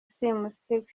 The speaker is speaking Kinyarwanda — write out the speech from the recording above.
simusiga